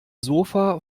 sofa